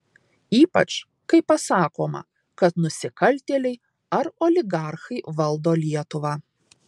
ypač kai pasakoma kad nusikaltėliai ar oligarchai valdo lietuvą